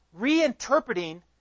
reinterpreting